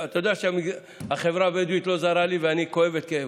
אתה יודע שהחברה הבדואית לא זרה לי ואני כואב את כאבה.